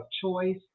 choice